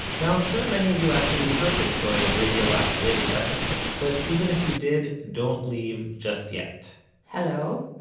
now, i'm sure many of you actually heard this story on radiolab's latest episode, but even if you did, don't leave just yet hello?